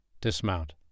dismount